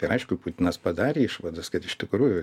ir aišku putinas padarė išvadas kad iš tikrųjų